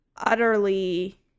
utterly